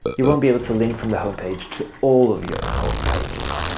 you won't be able to link from the homepage to all of your important pages.